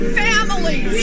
families